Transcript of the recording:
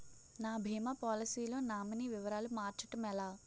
నా భీమా పోలసీ లో నామినీ వివరాలు మార్చటం ఎలా?